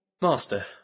master